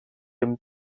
dem